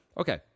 Okay